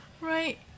right